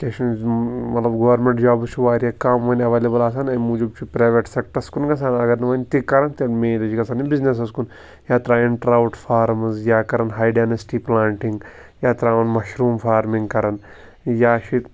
کیٛاہ چھِ وَنان مطلب گورمِنٛٹ جابس چھِ واریاہ کٔم وۅنۍ ایٚویلیبُل آسان اَمہِ موٗجوٗب چھُ پرٛیویٹ سیٚکٹرس کُن گَژھان اگر نہٕ وُنہِ تِتہِ کرن تَمہِ موٗجوٗب چھُ گژھان بِزنِسس کُن یا ترٛاوَن ترٛاوُٹ فارمِز یا کرن ہاے ڈینسیٹی پُلانٹِنٛگ یا ترٛاوَن مَشروٗم فارمِنٛگ کَرن یا چھُ